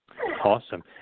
Awesome